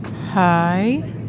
Hi